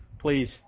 Please